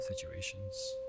situations